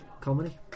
comedy